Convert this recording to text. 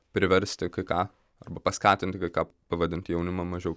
priversti kai ką arba paskatinti kai ką pavadinti jaunimą mažiau